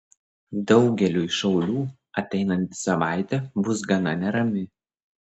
daugeliui šaulių ateinanti savaitė bus gana nerami